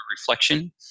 reflection